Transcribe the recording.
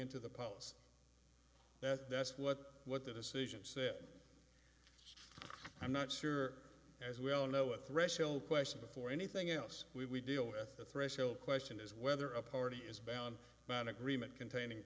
into the policy that's what what the decision said i'm not sure as we all know a threshold question before anything else we deal with the threshold question is whether a party is bound by an agreement containing